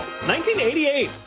1988